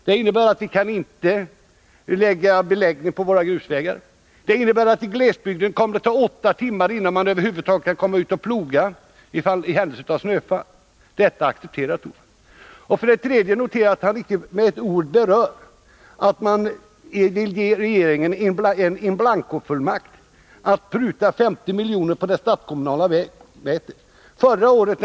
Det innebär att vi inte kan förse våra grusvägar med beläggning och att det, i händelse av snöfall, kommer att ta åtta timmar innan man över huvud taget kan komma ut och ploga vägarna i glesbygden. Detta accepterar Rune Torwald. För det tredje — och jag noterar att Rune Torwald icke med ett ord berör det — att man vill ge regeringen en in blanco-fullmakt att pruta 50 milj.kr. på det statskommunala vägnätet.